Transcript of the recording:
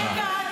צגה,